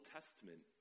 Testament